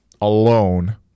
alone